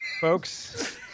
folks